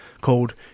called